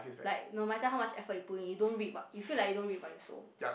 like no matter how much effort you put in you don't reap what you feel like you don't reap what you sow